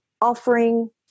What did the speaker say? offering